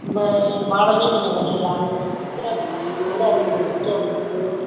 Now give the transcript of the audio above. அந்த மாடல்லயே நீங்கள் பண்ணிடலாம் அது கொஞ்சம் பெஸ்ட்டாக இருந்துச்சு இதுகளோட அது கொஞ்சம் பெஸ்ட்டாக இருந்துச்சு